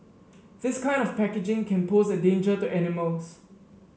this kind of packaging can pose a danger to animals